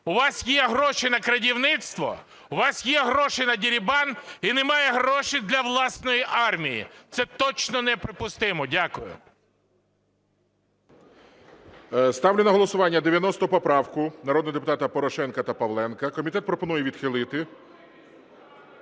У вас є гроші на крадівництво, у вас є гроші на дерибан і немає грошей для власної армії. Це точно неприпустимо. Дякую. ГОЛОВУЮЧИЙ. Ставлю на голосування 90 правку народного депутата Порошенка та Павленка. Комітет пропонує відхилити.